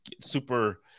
super –